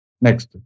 Next